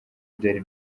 byari